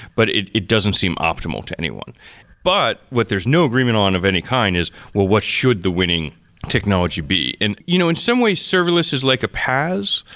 but it it doesn't seem optimal to anyone but what there's no agreement on of any kind is, is, well what should the winning technology be? in you know in some ways, serverless is like a paas,